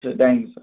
சரி thank you sir